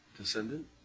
Descendant